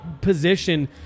position